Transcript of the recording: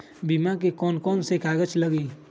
बीमा में कौन कौन से कागज लगी?